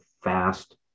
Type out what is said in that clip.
fast